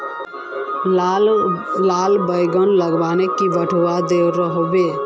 लार बैगन लगाले की बढ़िया रोहबे?